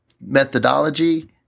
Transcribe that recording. methodology